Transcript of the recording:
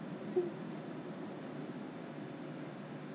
ah our government will not foot for the hospital know